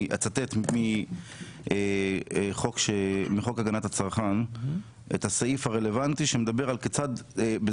אני אצטט מחוק הגנת הצרכן את הסעיף הרלוונטי שמדבר זה